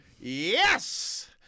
yes